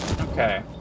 Okay